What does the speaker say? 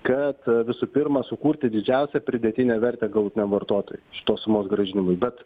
kad visų pirma sukurti didžiausią pridėtinę vertę galutiniam vartotojui tos sumos grąžinimui bet